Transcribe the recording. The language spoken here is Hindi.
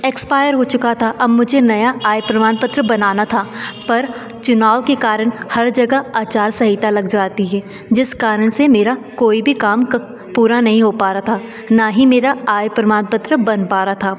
एक्सपायर हो चुका था अब मुझे नया आय प्रमाणपत्र बनाना था पर चुनाव के कारण हर जगह आचार्य संहिता लग जाती है जिस कारण से मेरा कोई भी काम पूरा नहीं हो पा रहा था न ही मेरा आय प्रमाणपत्र बन पा रहा था